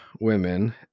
women